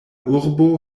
urbo